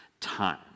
time